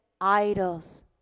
idols